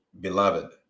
Beloved